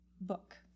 book